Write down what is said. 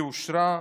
היא אושרה,